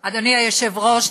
היושב-ראש,